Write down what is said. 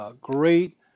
great